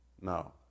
No